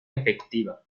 efectiva